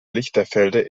lichterfelde